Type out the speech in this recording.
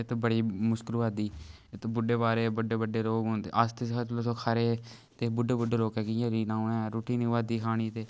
इत्त बड़ी मुश्कल होआ दी इत्त बुड्ढे बारै बड्डे बड्डे रोग होंदे अस ते चलो खरे ते बुड्ढे बुड्ढे लोकें कियां जीना उनें रुट्टी नी होआ दी खाने ते